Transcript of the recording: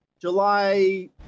July